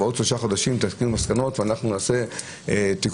בעוד שלושה חודשים תסיקו מסקנות ואנחנו נעשה תיקונים.